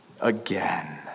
again